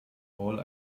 all